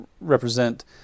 represent